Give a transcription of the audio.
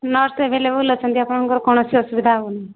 nurse available ଅଛନ୍ତି ଆପଣଙ୍କର କୌଣସି ଅସୁବିଧା ହେବନି